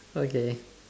okay